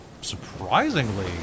surprisingly